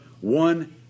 one